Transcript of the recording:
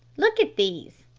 look at these.